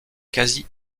quasi